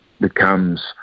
becomes